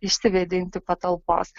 išsivėdinti patalpos